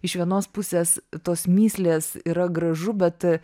iš vienos pusės tos mįslės yra gražu bet